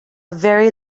very